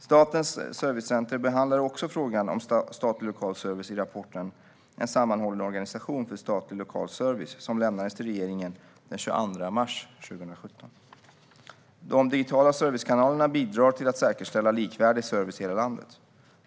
Statens servicecenter behandlar också frågan om statlig lokal service i rapporten En sammanhållen organisation för statlig lokal service som lämnades till regeringen den 22 mars 2017. De digitala servicekanalerna bidrar till att säkerställa likvärdig service i hela landet.